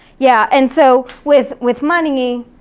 yeah, and so with with money,